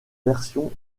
version